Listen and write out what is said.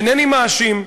אינני מאשים,